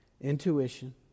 Intuition